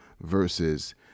versus